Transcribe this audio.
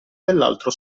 dell’altro